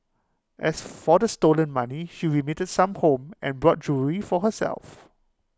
as for the stolen money she remitted some home and bought jewellery for herself